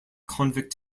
convict